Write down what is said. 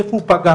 איפה הוא פגע,